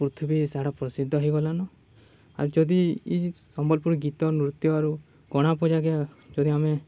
ପୃଥିବୀ ସାରା ପ୍ରସିଦ୍ଧ ହେଇଗଲାନ ଆଉ ଯଦି ଇ ସମ୍ବଲ୍ପୁରୀ ଗୀତ ନୃତ୍ୟରୁ ଗଣାବଜାକେ ଯଦି ଆମେ